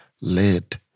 led